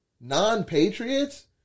Non-patriots